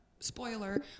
spoiler